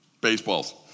baseballs